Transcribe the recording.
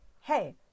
hey